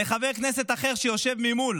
לחבר כנסת אחר שיושב ממול?